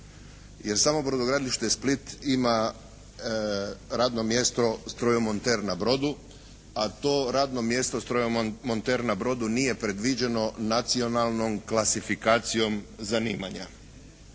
jer samo Brodogradilište Split ima radno mjesto strojomonter na brodu a to radno mjesto strojomonter na brodu nije predviđeno nacionalnom klasifikacijom zanimanja.